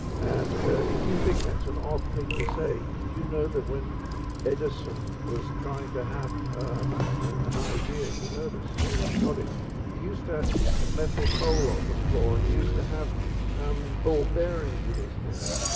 and if you think that's an odd thing to say, did you know that when edison was trying to have an idea you know this. somebody's nodding. he used to keep a metal bowl on the floor and he used to have um ball bearings in his hand.